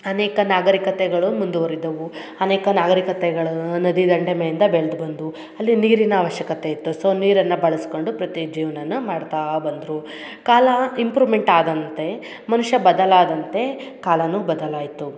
ಅನೇಕ ನಾಗರಿಕತೆಗಳು ಮುಂದುವರೆದವು ಅನೇಕ ನಾಗರಿಕತೆಗಳು ನದಿ ದಂಡೆ ಮೇಲಿಂದ ಬೆಳ್ದ ಬಂದವು ಅಲ್ಲಿ ನೀರಿನ ಆವಶ್ಯಕತೆ ಇತ್ತು ಸೊ ನೀರನ್ನ ಬಳಸ್ಕೊಂಡು ಪ್ರತಿ ಜೀವ್ನನ ಮಾಡ್ತಾ ಬಂದರು ಕಾಲ ಇಂಪ್ರೊಮೆಂಟ್ ಆದಂತೆ ಮನುಷ್ಯ ಬದಲಾದಂತೆ ಕಾಲನು ಬದಲಾಯಿತು